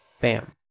Bam